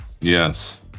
Yes